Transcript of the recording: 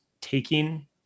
taking